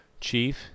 Chief